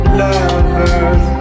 lovers